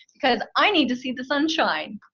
because i need to see the sunshine.